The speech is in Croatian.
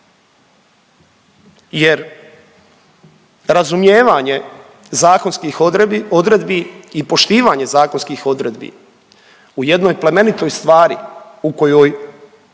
jer razumijevanje zakonskih odredbi i poštivanje zakonskih odredbi u jednoj plemenitoj stvari u kojoj